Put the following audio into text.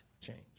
change